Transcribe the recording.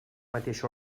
mateix